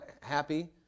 happy